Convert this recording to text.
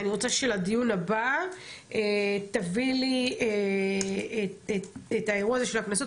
אני רוצה שלדיון הבא תביא לי את האירוע הזה של הקנסות,